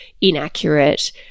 inaccurate